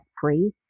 free